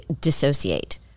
dissociate